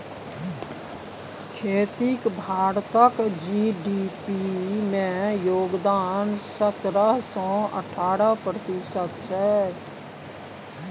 खेतीक भारतक जी.डी.पी मे योगदान सतरह सँ अठारह प्रतिशत छै